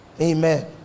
Amen